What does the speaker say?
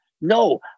no